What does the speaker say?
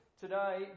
today